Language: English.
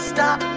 Stop